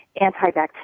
antibacterial